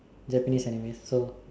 Japanese anime so